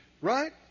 Right